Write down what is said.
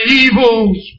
evil's